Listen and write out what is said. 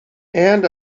and